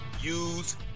use